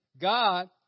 God